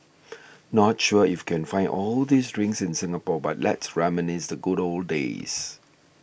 not sure if you can find all these drinks in Singapore but let's reminisce the good old days